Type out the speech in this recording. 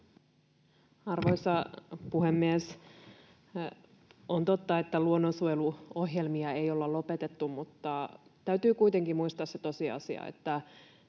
Arvoisa puhemies! On totta, että luonnonsuojeluohjelmia ei ole lopetettu, mutta täytyy kuitenkin muistaa se tosiasia, että